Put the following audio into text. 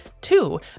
Two